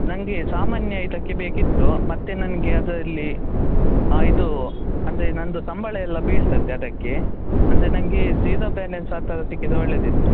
ನನ್ಗೆ ಸಾಮಾನ್ಯ ಇದಕ್ಕೆ ಬೇಕಿತ್ತು ಮತ್ತೆ ನನಗೆ ಅದರಲ್ಲಿ ಇದು ಅಂದರೆ ನನ್ನದು ಸಂಬಳ ಎಲ್ಲ ಬೀಳ್ತದೆ ಅದಕ್ಕೆ ಅಂದರೆ ನನ್ಗೆ ಝೀರೊ ಬ್ಯಾಲೆನ್ಸ್ ಆ ಥರ ಸಿಕ್ಕಿದರೆ ಒಳ್ಳೆದಿತ್ತು